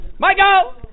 Michael